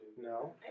No